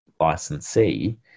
licensee